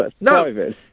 No